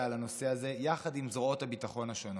על הנושא הזה יחד עם זרועות הביטחון השונות.